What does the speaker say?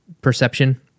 perception